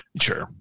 Sure